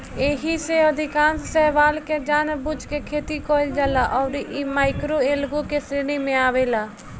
एईमे से अधिकांश शैवाल के जानबूझ के खेती कईल जाला अउरी इ माइक्रोएल्गे के श्रेणी में आवेला